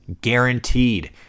guaranteed